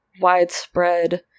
widespread